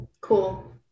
Cool